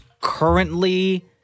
currently